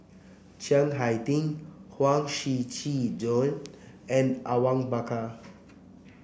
Chiang Hai Ding Huang Shiqi Joan and Awang Bakar